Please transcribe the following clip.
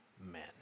men